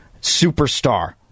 superstar